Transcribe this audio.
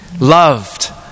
loved